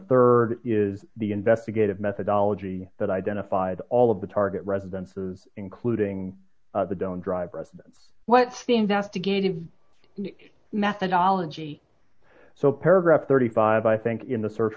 rd is the investigative methodology that identified all d of the target residences including the don't drive residence what's the investigative methodology so paragraph thirty five i think in the search